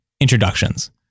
introductions